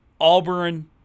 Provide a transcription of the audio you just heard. Auburn